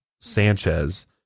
Sanchez